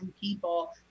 people